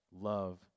love